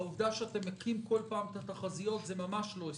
העובדה שאתה מקים כל פעם את התחזיות זה ממש לא הישג,